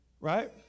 right